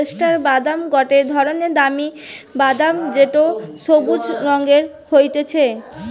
পেস্তা বাদাম গটে ধরণের দামি বাদাম যেটো সবুজ রঙের হতিছে